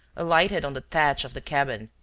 alighted on the thatch of the cabin,